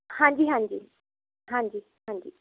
ਹਾਂਜੀ ਹਾਂਜੀ ਹਾਂਜੀ ਹਾਂਜੀ